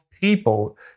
people